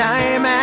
Time